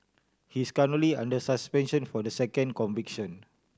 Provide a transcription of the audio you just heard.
he is currently under suspension for the second conviction